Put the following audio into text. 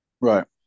Right